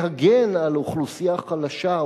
להגן על אוכלוסייה חלשה,